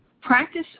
Practice